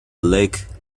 lake